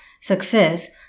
success